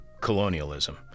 colonialism